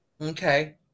Okay